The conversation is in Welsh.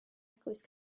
eglwys